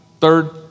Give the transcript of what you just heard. third